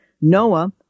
Noah